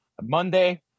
Monday